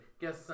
Guess